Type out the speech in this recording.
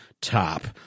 top